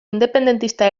independentista